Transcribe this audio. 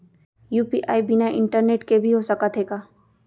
UPI बिना internet के भी हो सकत हे का?